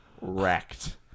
wrecked